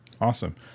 Awesome